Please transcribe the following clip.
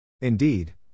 Indeed